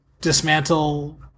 dismantle